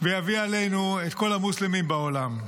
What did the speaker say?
ויביא עלינו את כל המוסלמים בעולם,